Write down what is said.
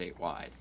statewide